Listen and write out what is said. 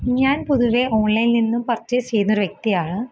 ഞാന് പൊതുവേ ഓണ്ലൈനിന്നും പര്ച്ചേസ് ചെയ്യുന്നൊരു വ്യക്തിയാണ്